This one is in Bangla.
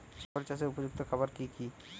ছাগল চাষের উপযুক্ত খাবার কি কি?